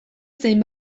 zein